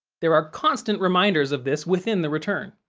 there are constant reminders of this within the return.